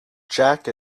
jack